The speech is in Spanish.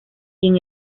quien